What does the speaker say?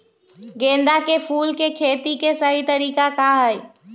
गेंदा के फूल के खेती के सही तरीका का हाई?